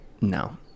No